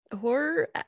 horror